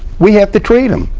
we have to treat them.